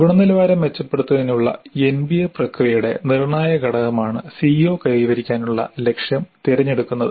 ഗുണനിലവാരം മെച്ചപ്പെടുത്തുന്നതിനുള്ള എൻബിഎ പ്രക്രിയയുടെ നിർണ്ണായക ഘടകമാണ് സിഒ കൈവരിക്കാനുള്ള ലക്ഷ്യം തിരഞ്ഞെടുക്കുന്നത്